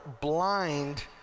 blind